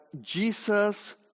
Jesus